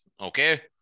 Okay